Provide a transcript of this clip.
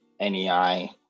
NEI